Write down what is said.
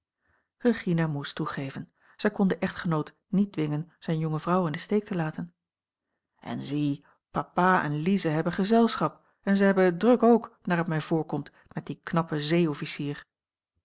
regina moest toegeven zij kon den echtgenoot niet dwingen zijne jonge vrouw in den steek te laten en zie papa en lize hebben gezelschap en zij hebben het druk ook naar t mij voorkomt met dien knappen